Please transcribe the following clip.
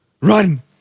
Run